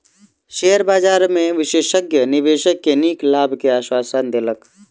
share बजार में विशेषज्ञ निवेशक के नीक लाभ के आश्वासन देलक